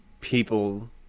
people